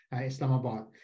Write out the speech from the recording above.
Islamabad